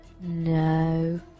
No